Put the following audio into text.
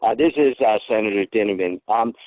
ah this is ah senator didn't even, um